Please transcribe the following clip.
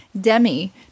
Demi